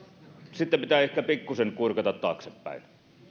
sitten pitää ehkä pikkusen kurkata taaksepäin